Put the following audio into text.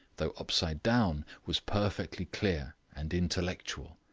though upside down, was perfectly clear and intellectual.